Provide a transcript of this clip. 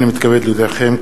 הנני מתכבד להודיעכם,